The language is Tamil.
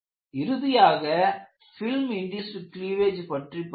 இறுதியாக பிலிம் இண்டுஸ்ட் கிளீவேஜ் பற்றி பார்த்தோம்